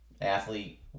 athlete